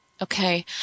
Okay